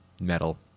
metal